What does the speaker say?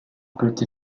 peut